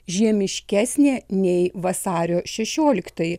žiemiškesnė nei vasario šešioliktoji